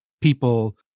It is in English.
people